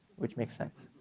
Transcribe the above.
which makes sense,